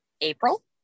April